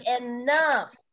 enough